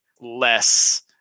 less